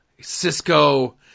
Cisco